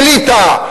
בליטא,